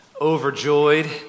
overjoyed